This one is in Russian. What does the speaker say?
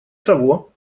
того